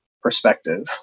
perspective